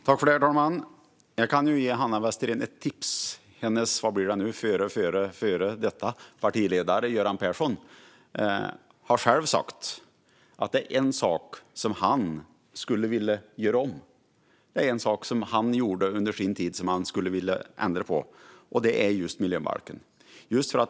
Herr talman! Jag kan ge Hanna Westerén ett tips. Hennes, vad blir det nu, före före före detta partiledare Göran Persson har själv sagt att det är en sak som han gjorde under sin tid som han skulle vilja ändra på, och det är just miljöbalken.